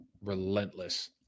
relentless